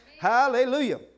Hallelujah